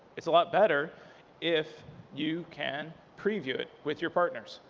it's a lot better if you can preview it with your partners.